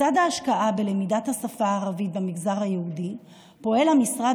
לצד ההשקעה בלמידת השפה הערבית במגזר היהודי פועל המשרד